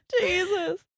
jesus